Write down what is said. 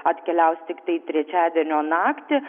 atkeliaus tiktai trečiadienio naktį